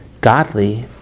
godly